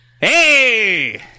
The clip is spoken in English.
Hey